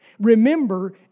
Remember